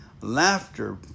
laughter